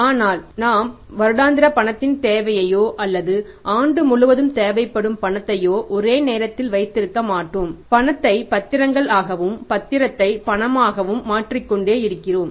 ஆனால் நாம் வருடாந்திர பணத்தின் தேவையையோ அல்லது ஆண்டு முழுவதும் தேவைப்படும் பணத்தையோ ஒரே நேரத்தில் வைத்திருக்க மாட்டோம் பணத்தை பத்திரங்கள் ஆகவும் பத்திரத்தை பணமாகவும் மாற்றிக் கொண்டே இருக்கிறோம்